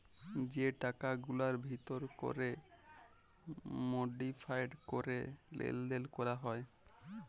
যে টাকাগুলার ভিতর ক্যরে মডিফায়েড ক্যরে লেলদেল ক্যরা হ্যয়